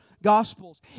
gospels